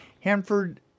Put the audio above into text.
Hanford